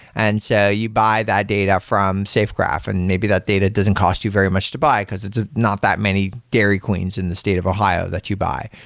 and so you buy that data from safegraph, and maybe that data doesn't cost you very much to buy, because it's not that many dairy queens in the state of ohio that you buy.